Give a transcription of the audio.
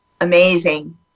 amazing